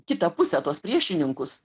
kitą pusę tuos priešininkus